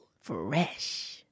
Fresh